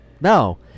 No